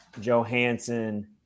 Johansson